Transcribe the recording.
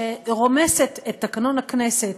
שרומסת את תקנון הכנסת,